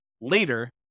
later